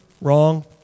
wrong